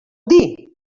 dir